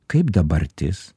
kaip dabartis